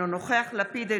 אינו נוכח יאיר לפיד,